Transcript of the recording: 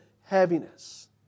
heaviness